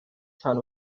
town